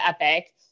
EPIC